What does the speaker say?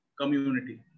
community